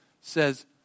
says